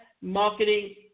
marketing